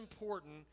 important